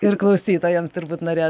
ir klausytojams turbūt norėjot